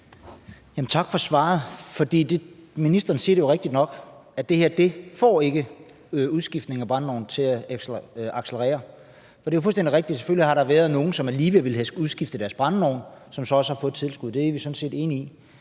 Tak for svaret. Ministeren siger det korrekt nok, nemlig at det her ikke får udskiftningen af brændeovne til at accelerere. Det er fuldstændig rigtigt, at der selvfølgelig har været nogle, som alligevel ville have skullet udskifte deres brændeovne, og som så også har fået et tilskud. Det er vi sådan set enige i.